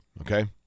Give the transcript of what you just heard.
okay